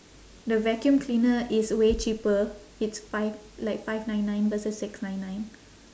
the vacuum cleaner is way cheaper it's five like five nine nine versus six nine nine